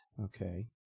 Okay